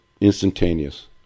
instantaneous